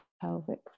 pelvic